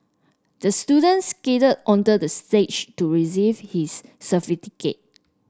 the student skated onto the stage to receive his